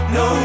no